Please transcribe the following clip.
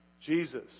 Jesus